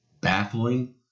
baffling